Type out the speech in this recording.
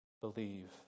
believe